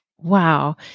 Wow